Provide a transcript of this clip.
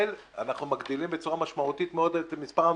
אנחנו מגדילים בצורה משמעותית מאוד את מספר המבקרים,